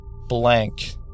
blank